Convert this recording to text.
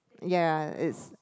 ya is